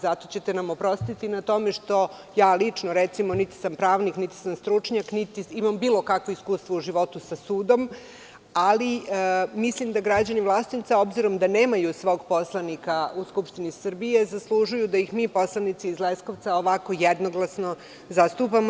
Zato ćete nam oprostiti na tome što, recimo ja lično niti sam pravnik, niti sam stručnjak, niti imam bilo kakvih iskustava u životu sa sudom, ali mislim da građani Vlasotinca, obzirom da nemaju svoj poslanika u Skupštini Srbije, zaslužuju da ih mi poslanici iz Leskovca ovako jednoglasno zastupamo.